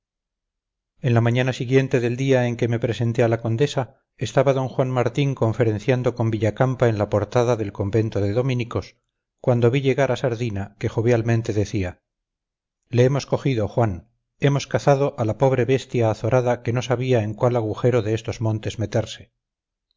en la mañana siguiente del día en que me presenté a la condesa estaba d juan martín conferenciando con villacampa en la portada del convento de dominicos cuando vi llegar a sardina que jovialmente decía le hemos cogido juan hemos cazado a la pobre bestia azorada que no sabía en cuál agujero de estos montes meterse